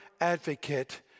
advocate